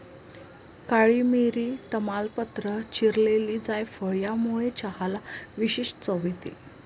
काळी मिरी, तमालपत्र, चिरलेली जायफळ यामुळे चहाला विशेष चव मिळते